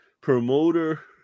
promoter